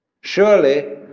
Surely